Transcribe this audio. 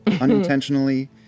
unintentionally